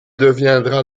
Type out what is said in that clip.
deviendra